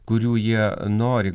kurių jie nori